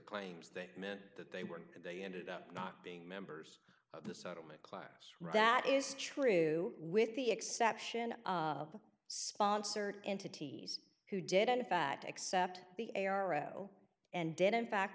claims that meant that they were they ended up not being members of the settlement class that is true with the exception of sponsored entities who did in fact accept the arrow and did